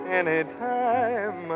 anytime